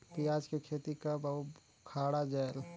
पियाज के खेती कब अउ उखाड़ा जायेल?